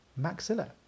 maxilla